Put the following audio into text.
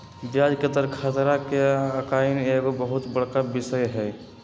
ब्याज दर खतरा के आकनाइ एगो बहुत बड़का विषय हइ